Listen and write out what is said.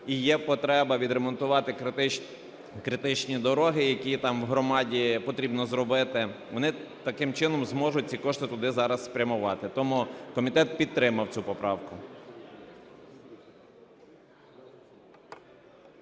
і є потреба відремонтувати критичні дороги, які там громаді потрібно зробити, вони таким чином зможуть ці кошти туди зараз спрямувати. Тому комітет підтримав цю поправку.